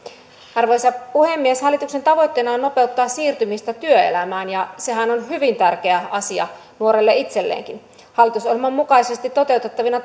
arvoisa puhemies hallituksen tavoitteena on nopeuttaa siirtymistä työelämään ja sehän on hyvin tärkeä asia nuorelle itselleenkin hallitusohjelman mukaisesti toteutettavina